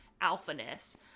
alphaness